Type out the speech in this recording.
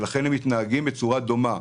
ולכן הם מתנהגים בצורה דומה.